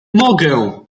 mogę